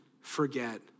forget